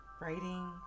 Writing